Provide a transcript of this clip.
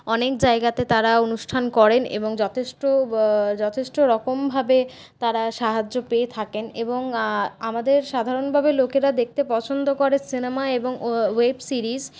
অনেক জায়গাতে তারা অনুষ্ঠান করেন এবং যথেষ্ট যথেষ্ট রকমভাবে তারা সাহায্য পেয়ে থাকেন এবং আমাদের সাধারণভাবে লোকেরা দেখতে পছন্দ করে সিনেমা এবং ওয়েব সিরিজ